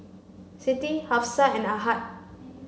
Siti Hafsa and Ahad